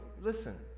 Listen